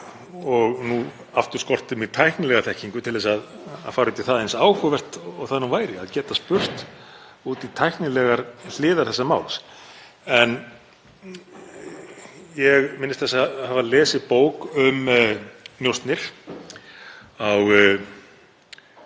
og aftur skortir mig tæknilega þekkingu til að fara út í það, eins áhugavert og það væri að geta spurt út í tæknilegar hliðar þessa máls. En ég minnist þess að hafa lesið bók um njósnir á